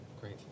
great